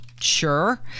sure